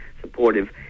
supportive